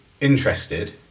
interested